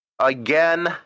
again